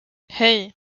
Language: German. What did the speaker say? hei